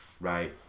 right